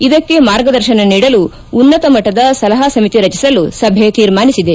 ಇದಕ್ಕೆ ಮಾರ್ಗದರ್ಶನ ನೀಡಲು ಉನ್ನತ ಮಟ್ಟದ ಸಲಹಾ ಸಮಿತಿ ರಚಿಸಲು ಸಭೆ ತೀರ್ಮಾನಿಸಿದೆ